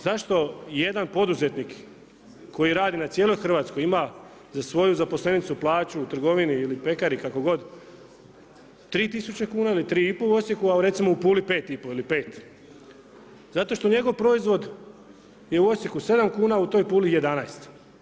Zašto jedan poduzetnik koji radi na cijeloj Hrvatskoj ima za svoju zaposlenicu plaću u trgovini ili pekari kako god 3 tisuće kuna ili 3,5 u Osijeku, a recimo u Puli 5,5 ili 5? zato što jedan proizvod je u Osijeku 7 kuna, a u toj Puli 11.